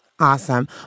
Awesome